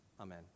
Amen